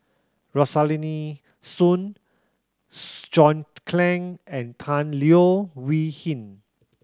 Rosaline Soon John Clang and Tan Leo Wee Hin